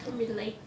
can't be late